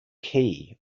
key